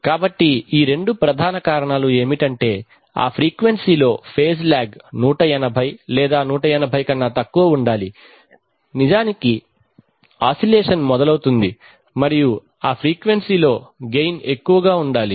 కాబట్టి ఈ రెండు ప్రధాన కారణాలు ఏమిటంటే ఆ ఫ్రీక్వెన్సీలో ఫేజ్ లాగ్ 180 లేదా 180 కన్నా తక్కువ ఉండాలి నిజానికి ఆశిలేషన్ మొదలవుతుంది మరియు ఆ ఫ్రీక్వెన్సీ లో గెయిన్ ఎక్కువగా ఉండాలి